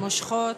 מושכות.